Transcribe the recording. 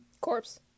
Corpse